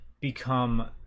become